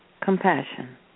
compassion